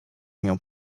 mię